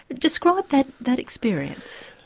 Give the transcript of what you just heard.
describe that that experience?